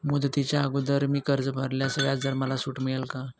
मुदतीच्या अगोदर मी कर्ज भरल्यास व्याजदरात मला सूट मिळेल का?